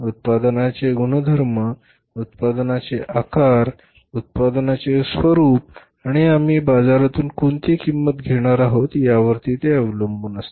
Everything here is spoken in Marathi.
उत्पादनाचे गुणधर्म उत्पादनाचे आकार उत्पादनाचे स्वरूप आणि आम्ही बाजारातून कोणती किंमत घेणार आहोत यावरती ते अवलंबून असते